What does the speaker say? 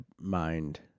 mind